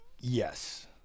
Yes